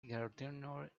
gardener